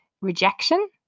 rejection